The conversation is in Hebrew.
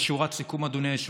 בשורת סיכום, אדוני היושב-ראש,